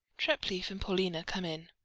treplieff and paulina come in.